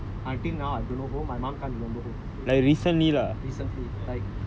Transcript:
and she said it was blood related until now I don't know who my can't remember who